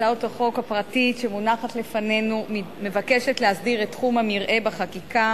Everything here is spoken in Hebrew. הצעת החוק הפרטית שמונחת לפנינו מבקשת להסדיר את תחום המרעה בחקיקה